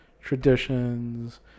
traditions